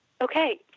Okay